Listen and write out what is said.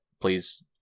Please